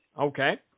okay